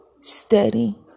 steady